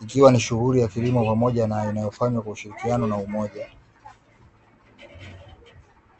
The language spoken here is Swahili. ikiwa ni shughuli ya kilimo ya pamoja inayofanywa kwa ushirikiano na umoja.